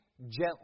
gently